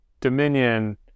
dominion